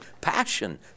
passion